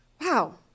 Wow